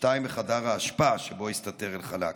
שתיים בחדר האשפה שבו הסתתר אלחלאק.